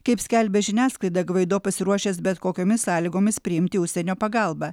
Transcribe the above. kaip skelbia žiniasklaida gvaido pasiruošęs bet kokiomis sąlygomis priimti užsienio pagalbą